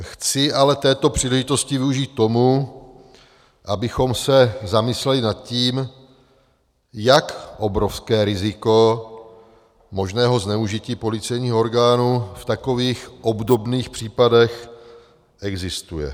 Chci ale této příležitosti využít k tomu, abychom se zamysleli nad tím, jak obrovské riziko možného zneužití policejního orgánu v takových obdobných případech existuje.